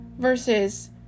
versus